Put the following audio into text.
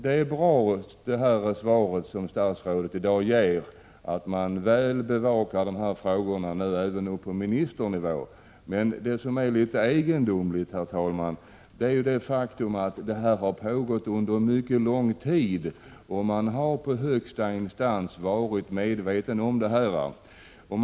Statsrådets svar är bra, dvs. att man väl bevakar dessa frågor, även på ministernivå. Men det som är litet egendomligt, herr talman, är det faktum att detta har pågått under en mycket lång tid, och man har i högsta instans varit medveten om förhållandet.